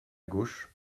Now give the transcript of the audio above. gauche